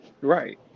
Right